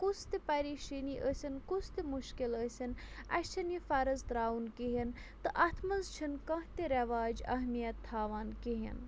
کُس تہِ پریشٲنی ٲسِنۍ کُس تہِ مُشکِل ٲسِن اَسہِ چھُنہٕ یہِ فرٕض ترٛاوُن کِہیٖنٛۍ تہٕ اَتھ منٛز چھنہٕ کانٛہہ تہِ رٮ۪واج اہمیِت تھاوان کِہیٖنٛۍ نہٕ